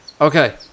Okay